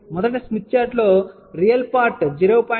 మొదట స్మిత్ చార్టులో real part 0